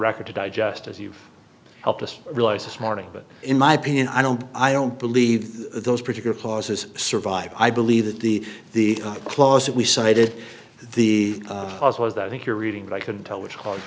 record to digest as you've helped us realize this morning but in my opinion i don't i don't believe those particular clauses survive i believe that the the clause that we cited the cause was that i think you're reading but i couldn't tell which c